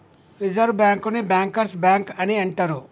reserve బ్యాంకుని bankers bank అని అంటరు